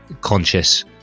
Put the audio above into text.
conscious